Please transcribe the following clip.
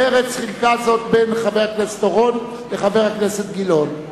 מרצ חילקה זאת בין חבר הכנסת אורון לחבר הכנסת גילאון.